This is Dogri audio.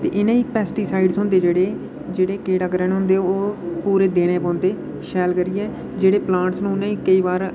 ते इ'नें गी पैस्टीसाइड होंदे जेह्ड़े जेह्ड़े कीड़ाग्रहण होंदे ओह् पूरे देने पौंदे शैल करियै जेह्ड़े प्लांटस न उ'नें ई केईं बार